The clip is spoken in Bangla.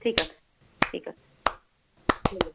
ঠিক আছে ঠিক আছে